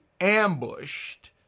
ambushed